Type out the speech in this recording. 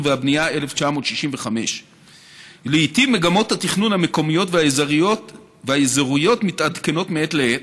והבנייה 1965. לעיתים מגמות התכנון המקומיות והאזוריות מתעדכנות מעת לעת,